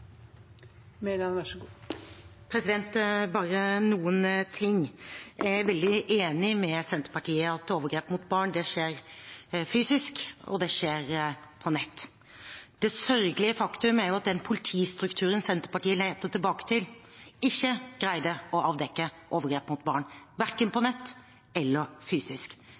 Jeg er veldig enig med Senterpartiet i at overgrep mot barn skjer fysisk, og det skjer på nett. Det sørgelige faktum er at den politistrukturen Senterpartiet lengter tilbake til, ikke greide å avdekke overgrep mot barn verken på nett eller fysisk.